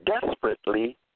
desperately